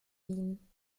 wien